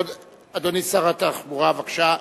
אדוני שר התחבורה, בבקשה.